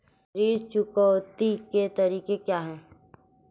ऋण चुकौती के तरीके क्या हैं?